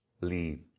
leave